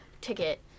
ticket